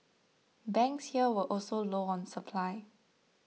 banks here were also low on supply